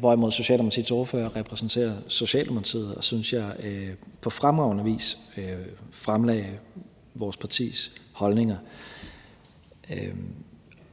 hvorimod Socialdemokratiets ordfører repræsenterer Socialdemokratiet og – synes jeg også – på fremragende vis fremlagde vores partis holdninger.